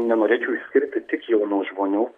nenorėčiau išskirti tik jaunų žmonių